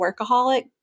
workaholic